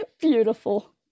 beautiful